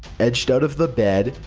edged out of the bed,